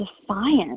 defiance